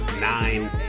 nine